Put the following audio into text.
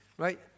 right